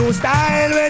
style